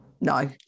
No